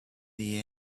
the